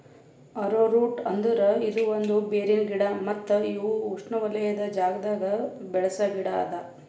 arrowroot ಅಂದುರ್ ಇದು ಒಂದ್ ಬೇರಿನ ಗಿಡ ಮತ್ತ ಇವು ಉಷ್ಣೆವಲಯದ್ ಜಾಗದಾಗ್ ಬೆಳಸ ಗಿಡ ಅದಾ